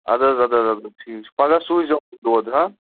اَدٕ حَظ اَدٕ حَظ اَدٕ حظ ٹھیٖک چھُ پگاہ سوٗزیو دۄد ہہ